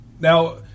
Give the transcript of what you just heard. now